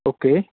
okay